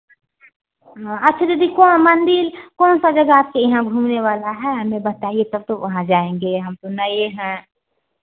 हाँ अच्छा दीदी कोई मंदिर कौन सा जगह अच्छी है यहाँ घूमने वाला है हमें बताइएगा तो वहाँ जाएंगे हम को नहीं है